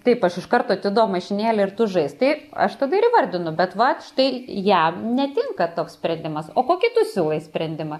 taip aš iš karto atiduok mašinėlę ir tu žaisk taip aš tada ir įvardinu bet vat štai jam netinka toks sprendimas o kokį tu siūlai sprendimą